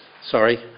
sorry